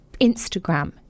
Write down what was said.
Instagram